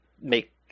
make